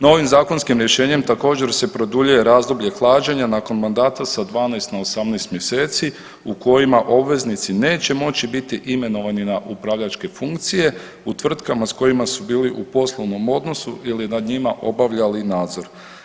Novim zakonskim rješenjem također se produljuje razdoblje hlađenja nakon mandata sa 12 na 18 mjeseci u kojima obveznici neće moći biti imenovani na upravljačke funkcije u tvrtkama s kojima su bili u poslovnom odnosu ili nad njima obavljali nadzor.